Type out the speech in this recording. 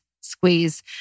Squeeze